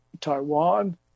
Taiwan